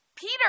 Peter